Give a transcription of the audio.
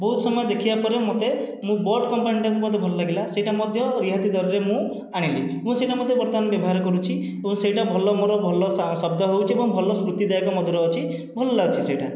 ବହୁତ ସମୟ ଦେଖିବା ପରେ ମୋତେ ମୁଁ ବୋଟ୍ କମ୍ପାନିଟାକୁ ମୋତେ ଭଲ ଲାଗିଲା ସେହିଟା ମଧ୍ୟ ରିହାତି ଦରରେ ମୁଁ ଆଣିଲି ମୁଁ ସେହିଟା ବର୍ତ୍ତମାନ ବ୍ୟବହାର କରୁଛି ଓ ସେହିଟା ଭଲ ମୋର ଭଲ ଶବ୍ଦ ହେଉଛି ଏବଂ ଭଲ ସ୍ମୃତିଦାୟକ ମଧୁର ଅଛି ଭଲ ଲାଗୁଛି ସେହିଟା